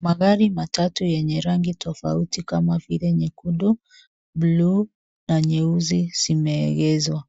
Magari matatu yenye rangi tofauti kama vile nyekundu, bluu na nyeusi zimeegezwa.